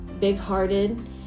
big-hearted